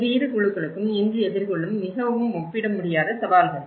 இது இரு குழுக்களும் இன்று எதிர்கொள்ளும் மிகவும் ஒப்பிடமுடியாத சவால்கள்